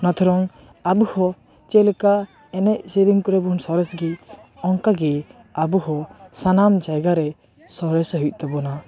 ᱚᱱᱟ ᱛᱮᱲᱚᱝ ᱟᱵᱚ ᱦᱚᱸ ᱪᱮᱫ ᱞᱮᱠᱟ ᱮᱱᱮᱡ ᱥᱮᱨᱮᱧ ᱠᱚᱨᱮ ᱵᱚ ᱥᱚᱨᱮᱥ ᱜᱮ ᱚᱱᱠᱟ ᱜᱮ ᱟᱵᱚ ᱦᱚᱸ ᱥᱟᱱᱟᱢ ᱡᱟᱭᱜᱟ ᱨᱮ ᱥᱚᱨᱮᱥᱚᱜ ᱦᱩᱭᱩᱜ ᱛᱟᱵᱚᱱᱟ